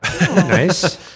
Nice